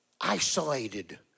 isolated